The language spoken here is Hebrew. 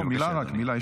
לא, רק מילה.